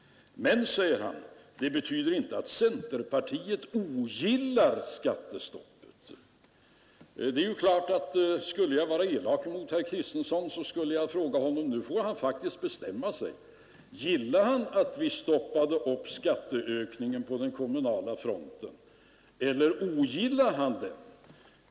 Men, sade han, det betyder inte att centerpartiet ogillar skattestoppet. Skulle jag vara elak mot herr Kristiansson skulle jag uppmana honom att bestämma sig. Gillar herr Kristiansson att vi stoppade skatteökningen på den kommunala fronten, eller ogillar han det?